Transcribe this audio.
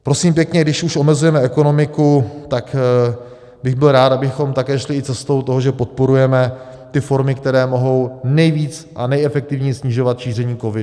Prosím pěkně, když už omezujeme ekonomiku, tak bych byl rád, abychom šli také cestou toho, že podporujeme formy, které mohou nejvíc a nejefektivněji snižovat šíření covidu.